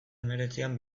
hemeretzian